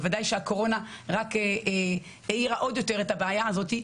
בוודאי שהקורונה רק האירה עוד יותר על הבעיה הזאת,